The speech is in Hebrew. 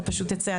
פשוט תצא.